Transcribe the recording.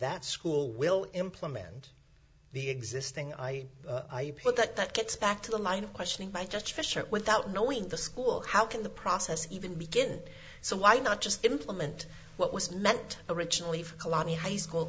that school will implement the existing i i put that that gets back to the line of questioning by just fisher without knowing the school how can the process even begin so why not just implement what was meant the originally kalani high school